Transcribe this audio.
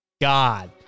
god